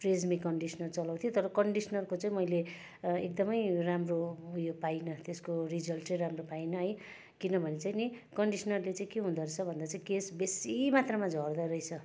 TRESemmé conditioner चलाउँथेँ तर कन्डिसनरको चाहिँ मैले एकदमै राम्रो उयो पाइनँ तेसको रिजल्ट चाहिँ राम्रो पाइँन है किनभने चाहिँ कन्डिसनरले चाहिँ के हुँदोरहेछ भन्दा चाहिँ केश बेसी मात्रामा झर्दो रहेछ